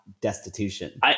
destitution